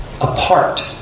apart